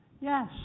Yes